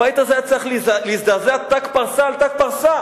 הבית הזה היה צריך להזדעזע ת"ק פרסה על ת"ק פרסה.